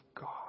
God